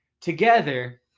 together